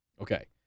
Okay